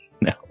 no